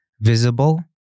visible